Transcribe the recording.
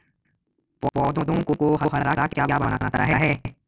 पौधों को हरा क्या बनाता है?